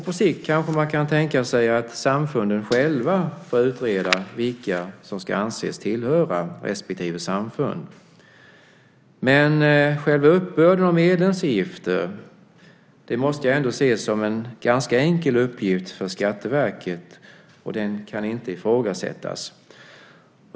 På sikt kanske man kan tänka sig att samfunden själva får utreda vilka som ska anses tillhöra respektive samfund. Själva uppbörden av medlemsavgifter måste ändå ses som en ganska enkel uppgift för Skatteverket, och den kan inte ifrågasättas.